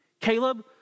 Caleb